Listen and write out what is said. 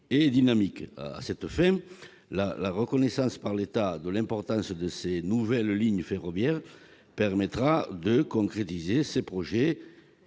et dynamiques. À cette fin, la reconnaissance par l'État de l'importance de ces nouvelles lignes ferroviaires permettra de concrétiser ces projets